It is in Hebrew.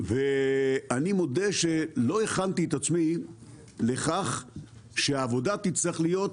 ואני מודה שלא הכנתי את עצמי לכך שהעבודה תצטרך להיות